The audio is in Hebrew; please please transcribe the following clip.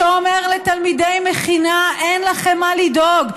שאומר לתלמידי מכינה: אין לכם מה לדאוג,